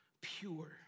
pure